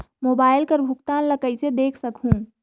Mobile कर भुगतान ला कइसे देख सकहुं?